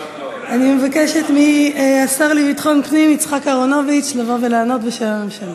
אני מבקשת מהשר לביטחון פנים יצחק אהרונוביץ לבוא ולענות בשם הממשלה.